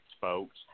folks